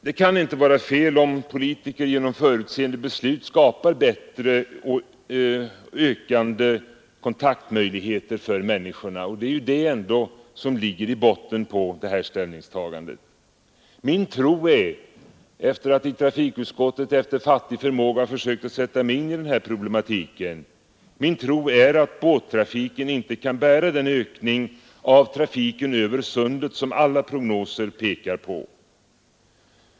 Det kan inte vara fel om politiker genom förutseende beslut skapar bättre och ökande kontaktmöjligheter för människorna, och det är ändå det som ligger i botten för det här ställningstagandet. Min tro — efter det att jag i trafikutskottet efter fattig förmåga försökt sätta mig in i den här problematiken — är att båttrafiken inte kan bära den ökning av trafiken över sundet som alla prognoser pekar på.